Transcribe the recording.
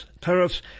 tariffs